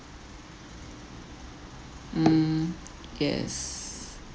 mm yes